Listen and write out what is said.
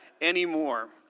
anymore